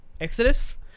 Exodus